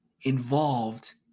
involved